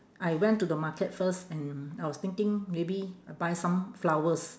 I went to the market first and I was thinking maybe I buy some flowers